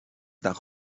nach